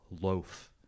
loaf